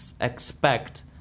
expect